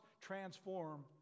transform